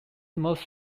most